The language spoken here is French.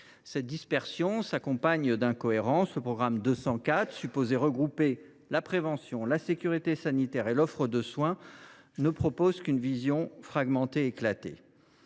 Cette dispersion s’accompagne d’incohérences : le programme 204, censé regrouper la prévention, la sécurité sanitaire et l’offre de soins, ne présente qu’une vision fragmentée du sujet.